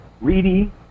Reedy